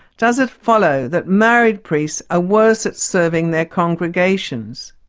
does it follow that married priests are worse at serving their congregations?